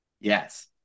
Yes